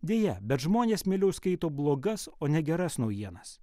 deja bet žmonės mieliau skaito blogas o ne geras naujienas